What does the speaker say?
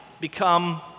become